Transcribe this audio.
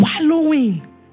wallowing